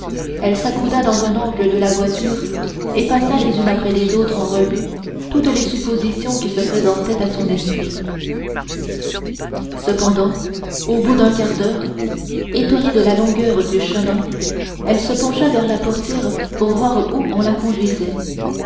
elle s'accouda dans un angle de la voiture et passa les unes après les autres en revue toutes les suppositions qui se présentaient à son esprit cependant au bout d'un quart d'heure étonnée de la longueur du chemin elle se pencha vers la portière pour voir où on la conduisait